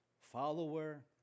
follower